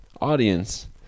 audience